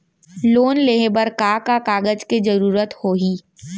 Loan लेहे बर का का कागज के जरूरत होही?